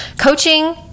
Coaching